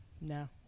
No